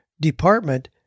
department